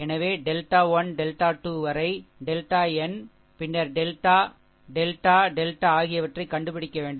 எனவே delta 1 delta 2 வரை delta n பின்னர் டெல்டா டெல்டா டெல்டா ஆகியவற்றைக் கண்டுபிடிக்க வேண்டும்